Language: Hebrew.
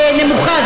נמוכה,